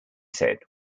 said